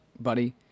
buddy